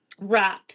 Right